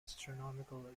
astronomical